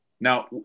now